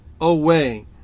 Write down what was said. away